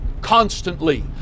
constantly